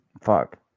Fuck